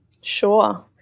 Sure